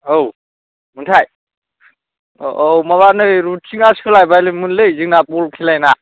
औ बुंथाय औ माबा नै रुथिङा सोलायबायमोनलै जोंना बल खेलाना